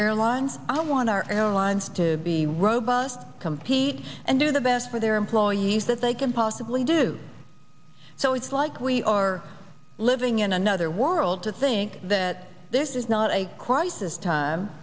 airlines i want our airlines to be robust compete and do the best for their employees that they can possibly do so it's like we are living in another world to think that this is not a crisis time